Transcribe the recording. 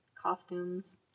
costumes